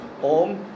om